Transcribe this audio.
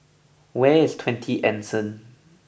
where is Twenty Anson